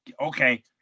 okay